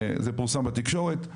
זה פורסם בתקשורת,